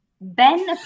Ben